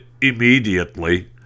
immediately